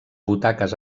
butaques